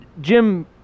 Jim